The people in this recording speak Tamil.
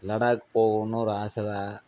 லடாக் போகணும்னு ஒரு ஆசைதான்